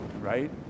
right